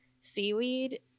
seaweed